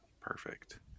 Perfect